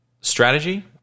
strategy